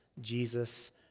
Jesus